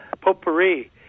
potpourri